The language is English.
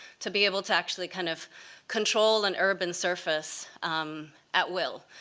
to be able to actually kind of control an urban surface at will,